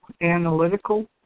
Analytical